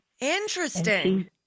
Interesting